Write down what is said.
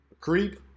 creep